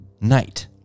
night